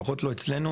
לפחות לא אצלנו,